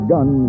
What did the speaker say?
Gun